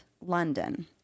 London